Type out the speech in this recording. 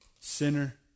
sinner